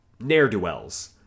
ne'er-do-wells